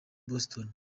boston